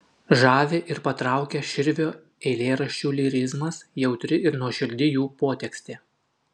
žavi ir patraukia širvio eilėraščių lyrizmas jautri ir nuoširdi jų potekstė